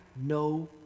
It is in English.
no